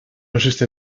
existe